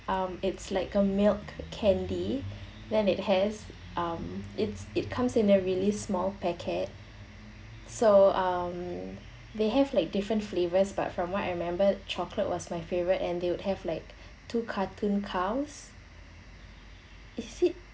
um it's like a milk candy then it has um it's it comes in a really small packet so um they have like different flavors but from what I remembered chocolate was my favourite and they would have like two cartoon cows is it